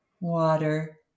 water